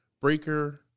Breaker